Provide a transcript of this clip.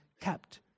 kept